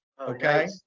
okay